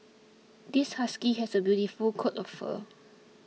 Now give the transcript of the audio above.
this husky has a beautiful coat of fur